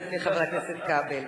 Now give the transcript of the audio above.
לפי חבר הכנסת כבל.